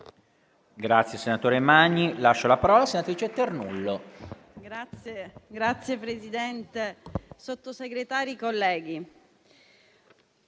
Grazie, senatore Magni,